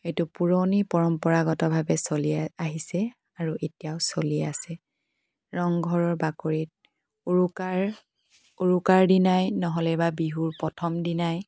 এইটো পুৰণি পৰম্পৰাগতভাৱে চলি আ আহিছে আৰু এতিয়াও চলি আছে ৰংঘৰৰ বাকৰিত উৰুকাৰ উৰুকাৰ দিনাই নহ'লে বা বিহুৰ প্ৰথম দিনাই